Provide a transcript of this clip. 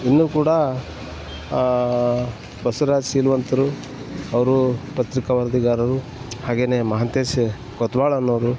ಇನ್ನೂ ಕೂಡ ಬಸ್ವರಾಜ್ ಶೀಲವಂತ್ರು ಅವರು ಪತ್ರಿಕಾ ವರದಿಗಾರರು ಹಾಗೇ ಮಹಾಂತೇಶ ಕೊತ್ವಾಳ್ ಅನ್ನೋರು